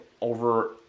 over